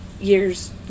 years